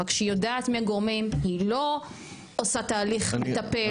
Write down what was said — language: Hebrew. אבל כשהיא יודע מגורמים היא לא עושה תהליך לטפל.